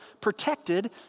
protected